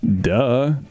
Duh